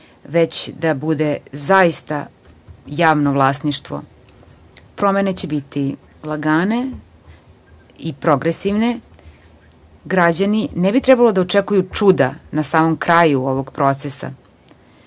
već da zaista bude javno vlasništvo. Promene će biti lagane i progresivne. Građani ne bi trebalo da očekuju čuda na samom kraju ovog procesa